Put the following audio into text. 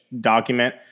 document